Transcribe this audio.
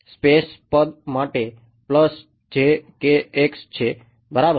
space પદ પાસે છે બરાબર